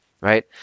right